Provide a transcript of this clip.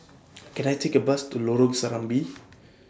Can I Take A Bus to Lorong Serambi